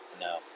No